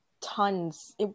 tons